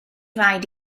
raid